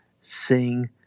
sing –